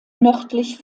nördlich